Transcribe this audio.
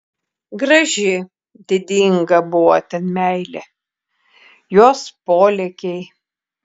graži didinga buvo ten meilė jos polėkiai